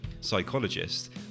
psychologist